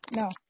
No